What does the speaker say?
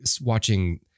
watching